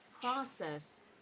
process